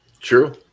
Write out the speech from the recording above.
True